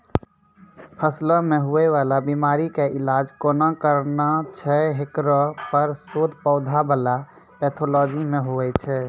फसलो मे हुवै वाला बीमारी के इलाज कोना करना छै हेकरो पर शोध पौधा बला पैथोलॉजी मे हुवे छै